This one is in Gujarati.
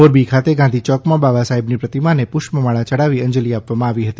મોરબી ખાતે ગાંધીચોકમાં બાબા સાહેબની પ્રતિમાને પુષ્મમાળા યઢાવી અંજલિ અપાઇ હતી